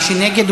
מי שנגד,